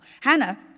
Hannah